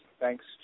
Thanks